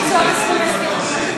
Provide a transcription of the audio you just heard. איפה למדת את זה?